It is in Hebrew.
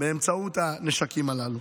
באמצעות הנשקים הללו.